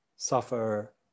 Suffer